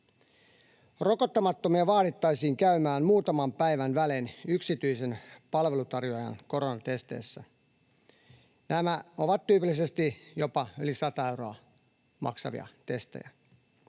Rokottamattomia vaadittaisiin käymään muutaman päivän välein yksityisen palvelutarjoajan koronatesteissä. Nämä ovat tyypillisesti jopa yli 100 euroa maksavia testejä.